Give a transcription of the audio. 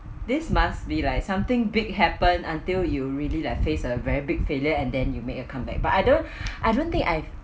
this must be like something big happened until you really like face a very big failure and then you make a comeback but I don't I don't think I've